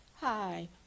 hi